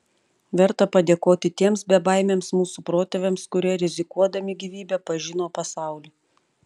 verta padėkoti tiems bebaimiams mūsų protėviams kurie rizikuodami gyvybe pažino pasaulį